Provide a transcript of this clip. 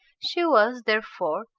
she was, therefore,